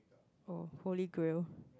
oh holy grail